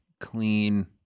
clean